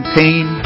pain